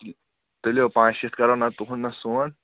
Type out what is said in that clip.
تُلِو پانٛژھ شیٖتھ کرو نہَ تُہُنٛد نہَ سون